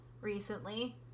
recently